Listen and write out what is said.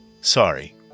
Sorry